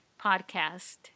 podcast